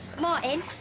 Martin